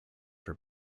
for